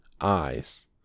eyes